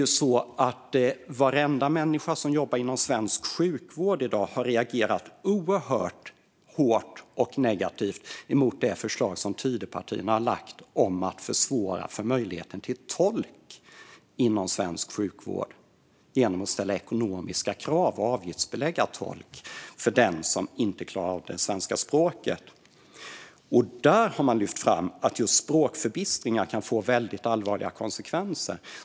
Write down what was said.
Ja, just det, varenda människa som jobbar inom svensk sjukvård i dag har reagerat oerhört hårt och negativt på det förslag som Tidöpartierna har lagt fram om att försvåra möjligheten till tolk inom svensk sjukvård genom att ställa ekonomiska krav och avgiftsbelägga tolk för den som inte klarar av det svenska språket. Där har man lyft fram att just språkförbistring kan få väldigt allvarliga konsekvenser.